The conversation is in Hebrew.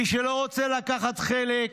מי שלא רוצה לקחת חלק,